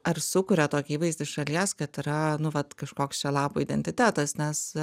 ar sukuria tokį įvaizdį iš šalies kad yra nu vat kažkoks čia lapo identitetas nes